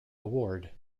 award